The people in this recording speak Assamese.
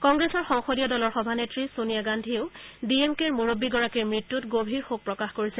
কংগ্ৰেছৰ সংসদীয় দলৰ সভানেত্ৰী ছেনিয়া গান্ধীয়েও ডি এম কেৰ মুৰববীগৰাকীৰ মৃত্যুত গভীৰ শোক কৰিছে